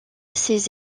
ses